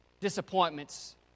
Disappointments